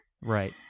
Right